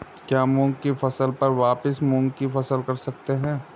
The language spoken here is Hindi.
क्या मूंग की फसल पर वापिस मूंग की फसल कर सकते हैं?